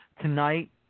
tonight